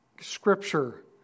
scripture